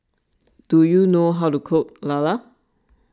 do you know how to cook Lala